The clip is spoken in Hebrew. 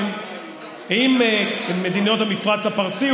והמולטילטרליים עם מדינות המפרץ הפרסי,